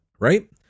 Right